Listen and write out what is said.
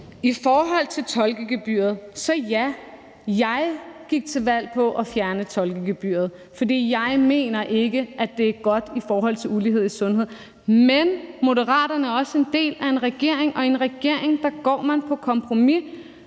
I forhold til tolkegebyret vil jeg sige, at ja, jeg gik til valg på at fjerne tolkegebyret, for jeg mener ikke, det er godt i forhold til ulighed i sundhed, men Moderaterne er også en del af en regering, og i en regering går man på kompromis.